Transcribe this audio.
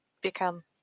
become